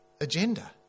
agenda